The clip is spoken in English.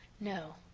no,